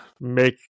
make